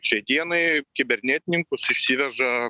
šiai dienai kibernetininkus išsiveža